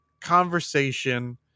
conversation